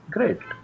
Great